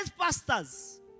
pastors